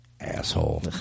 Asshole